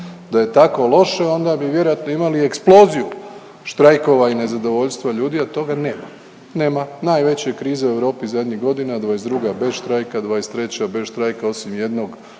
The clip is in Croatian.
Da je tako loše, onda bi vjerojatno imali eksploziju štrajkova i nezadovoljstva ljudi, a toga nema. Nema. Najveća kriza u Europi zadnjih godina, '22. bez štrajka, '23. bez štrajka, osim jednog